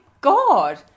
God